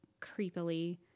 creepily